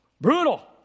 Brutal